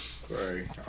Sorry